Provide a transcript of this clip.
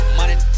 money